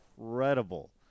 incredible